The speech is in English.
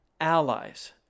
allies